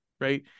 right